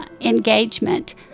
engagement